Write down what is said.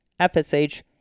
FSH